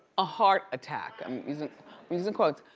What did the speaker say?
a heart attack, i'm using using quotes,